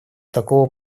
такого